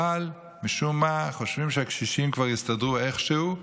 אבל משום מה חושבים שהקשישים כבר יסתדרו איכשהו,